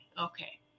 okay